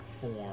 form